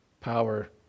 power